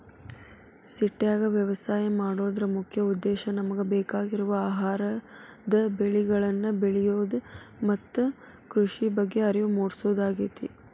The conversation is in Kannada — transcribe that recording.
ಸಿಟ್ಯಾಗ ವ್ಯವಸಾಯ ಮಾಡೋದರ ಮುಖ್ಯ ಉದ್ದೇಶ ನಮಗ ಬೇಕಾಗಿರುವ ಆಹಾರದ ಬೆಳಿಗಳನ್ನ ಬೆಳಿಯೋದು ಮತ್ತ ಕೃಷಿ ಬಗ್ಗೆ ಅರಿವು ಮೂಡ್ಸೋದಾಗೇತಿ